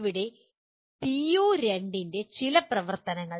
ഇവിടെ പിഒ2 ന്റെ ചില പ്രവർത്തനങ്ങൾ